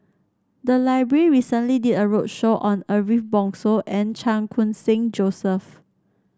the library recently did a roadshow on Ariff Bongso and Chan Khun Sing Joseph